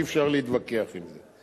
אי-אפשר להתווכח עם זה.